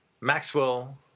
Maxwell